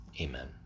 Amen